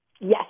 Yes